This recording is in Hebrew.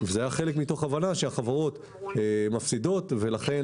בחלקו מתוך הבנה שהחברות מפסידות ולכן